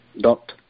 dot